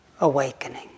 awakening